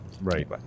Right